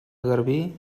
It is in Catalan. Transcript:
garbí